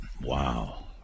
Wow